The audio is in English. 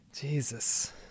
Jesus